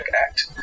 Act